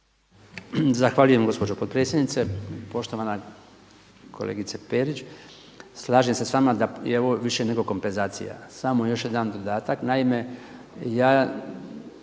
Zahvaljujem gospođo potpredsjednice. Poštovana kolegice Perić, slažem se s vama da je ovo više nego kompenzacija. Samo još jedan dodatak. Naime, ja